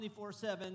24-7